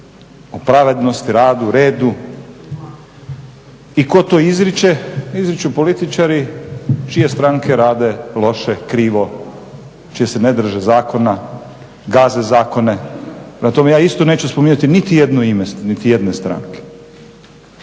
pravednosti, radu, redu i tko to izriče? Izriču političari čije stranke rade loše, krivo, čije se ne drže zakona, gaze zakone. Prema tome ja isto neću spominjati niti jedno ime, niti jedne stranke.